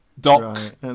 Doc